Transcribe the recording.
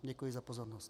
Děkuji za pozornost.